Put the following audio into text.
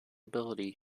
ability